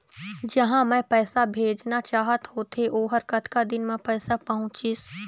जहां मैं पैसा भेजना चाहत होथे ओहर कतका दिन मा पैसा पहुंचिस?